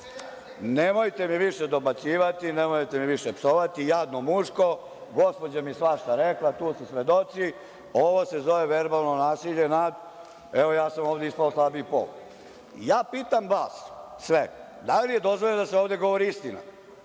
Nemojte mi više dobacivati, nemojte me više psovati, jadno muško. Gospođa mi je svašta rekla, tu su svedoci. Ovo se zove verbalno nasilje nad, evo, ja sam ovde ispao slabiji pol. Ja pitam vas sve da li je dozvoljeno da se ovde govori istina?